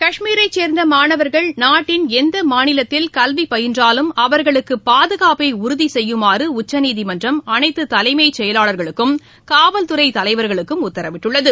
காஷ்மீரைச் சேர்ந்த மாணவர்கள் நாட்டின் எந்த மாநிலத்தில் கல்வி பயின்றாலும் அவர்களுக்கு பாதுகாப்பை உறுதி உசெய்யுமாறு உச்சநீதிமன்றம் அனைத்து தலைமைச் செயலாளர்களுக்கும் காவல்துறை தலைவர்களுக்கும் உத்தரவிட்டுள்ளது